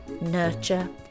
nurture